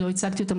לא הצגתי אותם,